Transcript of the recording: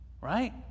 right